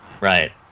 Right